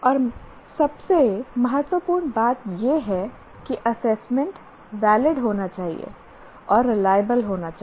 और सबसे महत्वपूर्ण बात यह है कि असेसमेंट वैलिड होना चाहिए और रिलाएबल होना चाहिए